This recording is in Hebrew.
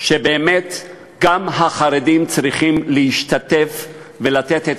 שבאמת גם החרדים צריכים להשתתף ולתת את